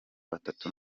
batatu